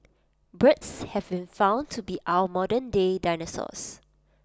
birds have been found to be our modernday dinosaurs